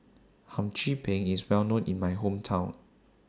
Hum Chim Peng IS Well known in My Hometown